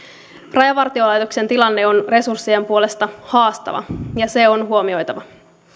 rajavartiolaitoksen tilanne on resurssien puolesta haastava ja se on huomioitava